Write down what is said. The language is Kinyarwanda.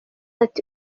ati